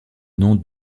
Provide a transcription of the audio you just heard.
nom